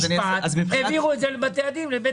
אני רוצה לעניין המוכשר לחינוך מיוחד גם לומר מילה